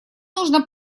нужно